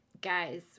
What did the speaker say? guys